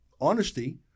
honesty